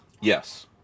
Yes